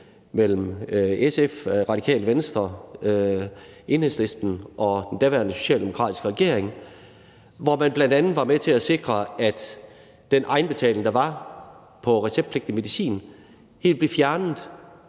mellem SF, Radikale Venstre, Enhedslisten og den daværende socialdemokratiske regering, hvor man bl.a. var med til at sikre, at den egenbetaling, der var på receptpligtig medicin, helt blev fjernet